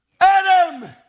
Adam